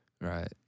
Right